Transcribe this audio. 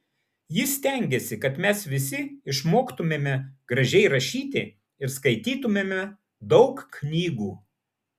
ji stengėsi kad mes visi išmoktumėme gražiai rašyti ir skaitytumėme daug knygų